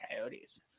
Coyotes